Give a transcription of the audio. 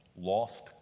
lost